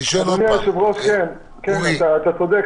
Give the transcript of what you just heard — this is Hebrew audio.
אדוני היושב-ראש, לצערי אתה צודק.